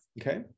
okay